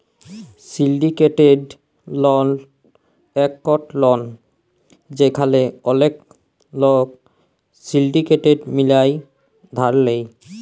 syndicated loan একট loan যেখালে ওলেক লক সিলডিকেট মিলায় ধার লেয়